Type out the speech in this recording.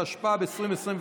התשפ"ב 2022,